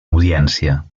audiència